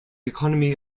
economy